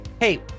Hey